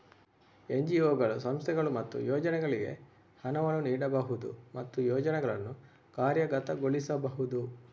ಎನ್.ಜಿ.ಒಗಳು, ಸಂಸ್ಥೆಗಳು ಮತ್ತು ಯೋಜನೆಗಳಿಗೆ ಹಣವನ್ನು ನೀಡಬಹುದು ಮತ್ತು ಯೋಜನೆಗಳನ್ನು ಕಾರ್ಯಗತಗೊಳಿಸಬಹುದು